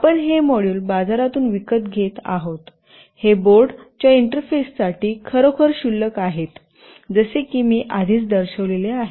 आपण हे मॉड्यूल बाजारातून विकत घेत आहात हे बोर्ड च्या इंटरफेससाठी खरोखर क्षुल्लक आहेत जसे की मी आधीच दर्शविलेले आहे